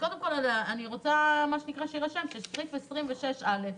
אני רוצה שיירשם שסעיף 26א,